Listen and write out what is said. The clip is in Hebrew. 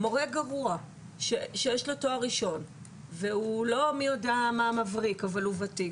מ ורה גרוע שיש לו תואר ראשון והוא לא מי יודע מבריק אבל הוא וותיק,